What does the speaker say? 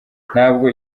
ntabwo